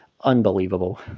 Unbelievable